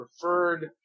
preferred